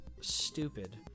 stupid